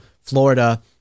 florida